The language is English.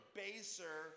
baser